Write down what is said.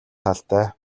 талтай